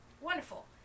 wonderful